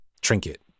trinket